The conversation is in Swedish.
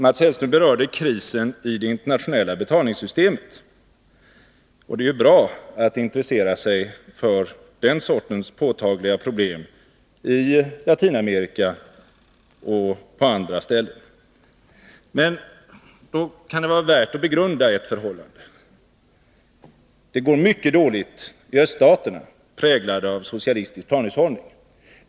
Mats Hellström berörde också krisen i det internationella betalningssystemet, och det är ju bra att han intresserar sig för den sortens påtagliga problem i Latinamerika och på andra håll. Men det kan då vara värt att begrunda det förhållandet, att det går mycket dåligt i öststater, präglade av socialistisk planhushållning.